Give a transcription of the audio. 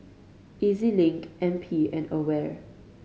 E Z Link N P and AWARE